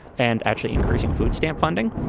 and actually increasing food stamp funding,